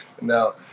No